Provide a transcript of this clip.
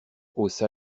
haussa